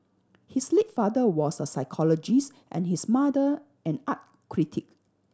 his late father was a psychologist and his mother an art critic